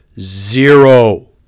zero